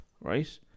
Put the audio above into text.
right